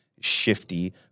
shifty